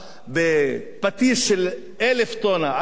בפטיש של אלף טון על הראש,